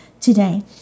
today